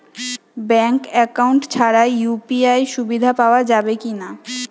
Bank account ছাড়া UPI সুবিধা পাওয়া যাবে কি না?